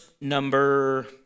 number